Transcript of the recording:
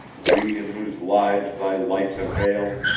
we in whose lives thy lights avail,